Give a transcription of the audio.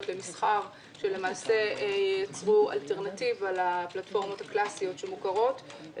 למסחר שלמעשה ייצרו אלטרנטיבה לפלטפורמות הקלסיות שמוכרות.